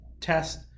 test